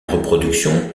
reproduction